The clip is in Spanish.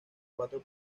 cuatro